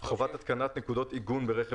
לפחות ממה שהבנתי.